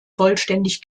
vollständig